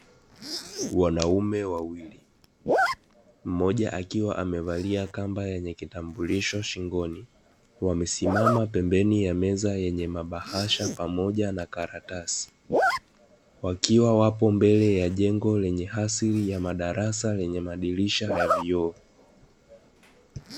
Wanaume wawili, mmoja akiwa amevalia kamba yenye kitambulisho shingoni, wamesimama pembeni ya meza yenye mabahasha pamoja na kakaratasi, wakiwa wapo mbele ya jengo lenye asili ya madarasa lenye madirisha ya vioo.